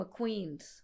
mcqueen's